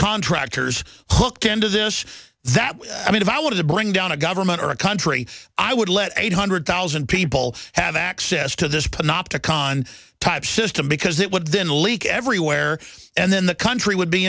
contractors can do this that i mean if i wanted to bring down a government or a country i would let eight hundred thousand people have access to this panopticon type system because it would then leak everywhere and then the country would be